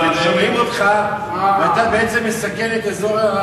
הם שומעים אותך ואתה בעצם מסכן את אזור,